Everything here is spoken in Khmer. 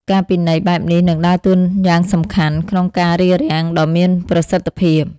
ការពិន័យបែបនេះនឹងដើរតួយ៉ាងសំខាន់ ក្នុងការរារាំងដ៏មានប្រសិទ្ធភាព។